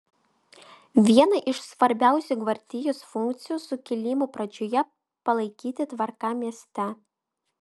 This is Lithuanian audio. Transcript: viena iš svarbiausių gvardijos funkcijų sukilimo pradžioje palaikyti tvarką mieste